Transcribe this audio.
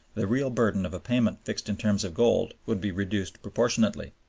the real burden of a payment fixed in terms of gold would be reduced proportionately.